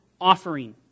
offering